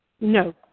No